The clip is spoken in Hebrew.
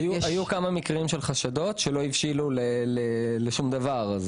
היו כמה מקרים של חשדות שלא הבשילו לשום דבר.